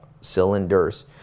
cylinders